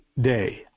day